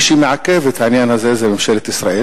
מי שמעכב את העניין הזה זו ממשלת ישראל,